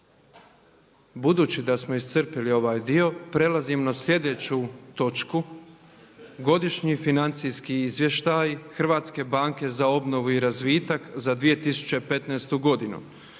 Budući da smo iscrpili ovaj dio prelazimo na slijedeću točku: - Godišnji financijski izvještaj Hrvatske banke za obnovu i razvitak za 2015. godinu.